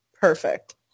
Perfect